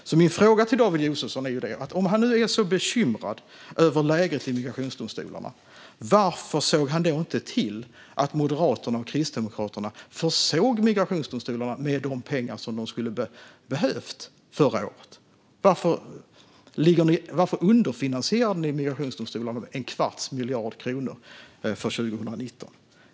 Min fråga till David Josefsson blir: Om han är så bekymrad över läget i migrationsdomstolarna varför såg han då inte till att Moderaterna och Kristdemokraterna försåg migrationsdomstolarna med de pengar som de hade behövt förra året? Varför underfinansierade man migrationsdomstolarna med en kvarts miljard kronor för 2019?